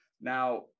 Now